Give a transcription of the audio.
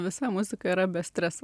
visa muzika yra be streso